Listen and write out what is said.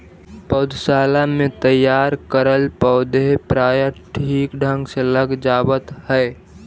पौधशाला में तैयार करल पौधे प्रायः ठीक ढंग से लग जावत है